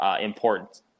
important